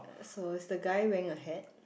so is the guy wearing a hat